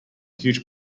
huge